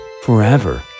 forever